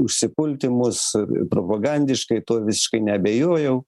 užsipulti mus propagandiškai tuo neabejojau